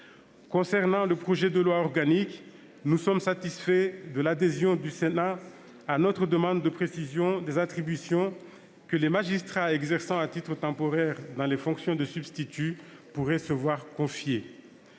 Concernant le projet de loi organique, nous sommes satisfaits que le Sénat ait approuvé notre proposition visant à préciser les attributions que les magistrats exerçant à titre temporaire dans les fonctions de substitut pourraient se voir confier.